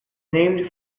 named